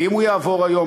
ואם הוא יעבור היום,